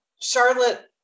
Charlotte